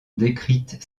décrite